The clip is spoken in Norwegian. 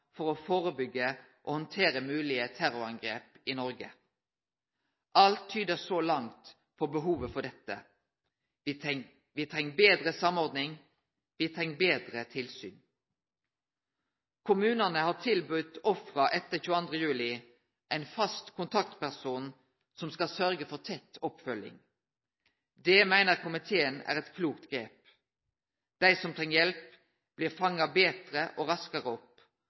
for å førebyggje og handtere moglege terrorangrep i Noreg. Alt tyder så langt på behovet for dette: Me treng betre samordning, me treng betre tilsyn. Kommunane har tilbydd ofra etter 22. juli ein fast kontaktperson som skal sørgje for tett oppfølging. Det meiner komiteen er eit klokt grep. Dei som treng hjelp, blir fanga betre og raskare opp,